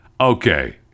Okay